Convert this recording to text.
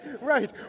Right